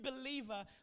believer